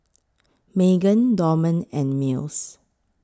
Magen Dorman and Mills